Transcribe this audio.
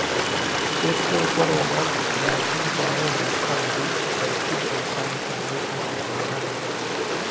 check के ऊपर over writing चाहे धोखाधरी करके पईसा निकाले के संभावना रहेला